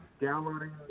downloading